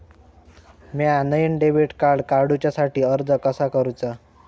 म्या नईन debit card काडुच्या साठी अर्ज कसा करूचा?